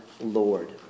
Lord